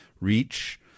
reach